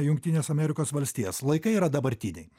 jungtines amerikos valstijas laikai yra dabartiniai